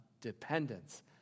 dependence